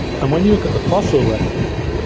and when you look at the fossil record,